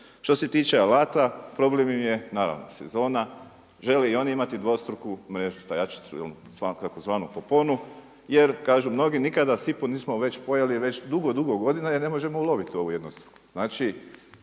Što se tiče alata problem je im je naravno sezone, žele i oni imati dvostruku mrežu stajačicu ili tzv. poponu jer mnogi nikada sipu nismo pojeli već dugo, dugo godina jer ne možemo uloviti u ovu jednostruku,